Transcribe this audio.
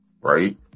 Right